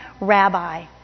Rabbi